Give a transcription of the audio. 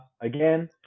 again